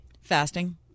Fasting